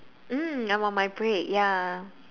mm I'm on my break ya